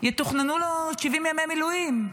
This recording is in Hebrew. יתוכננו לנו עוד 70 ימי מילואים.